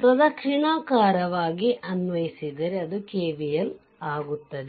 ಪ್ರದಕ್ಷಿಣಾಕಾರವಾಗಿ ಅನ್ವಯಿಸಿದರೆ ಅದು KVL ಆಗುತ್ತದೆ